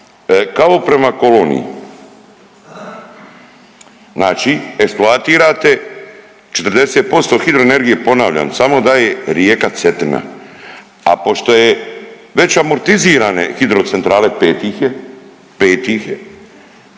kao prema koloniji. Znači, eksploatirate 40% hidroenergije ponavljam samo daje rijeka Cetina, a pošto je već amortizirane hidrocentrale 5 ih je,